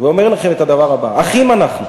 ואומר לכם את הדבר הבא: אחים אנחנו,